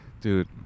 Dude